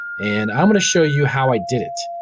and, i'm gonna show you how i did it.